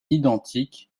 identiques